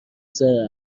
ذره